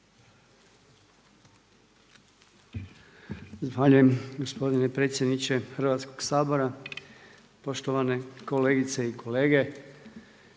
Hvala vam lijepo potpredsjedniče Hrvatskog sabora. Poštovane kolegice i kolege,